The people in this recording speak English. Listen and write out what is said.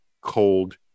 cold